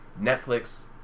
Netflix